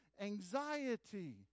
anxiety